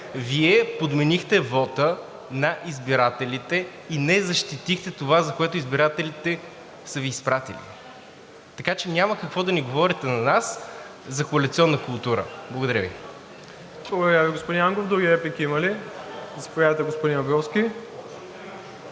Вие подменихте вота на избирателите и не защитихте това, за което избирателите са Ви изпратили. Така че няма какво да ни говорите на нас за коалиционна култура. Благодаря Ви. ПРЕДСЕДАТЕЛ МИРОСЛАВ ИВАНОВ: Благодаря Ви, господин Ангов. Други реплики има ли? Заповядайте, господин Абровски.